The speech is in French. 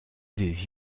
des